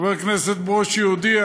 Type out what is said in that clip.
חבר הכנסת ברושי הודיע